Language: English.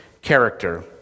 character